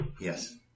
Yes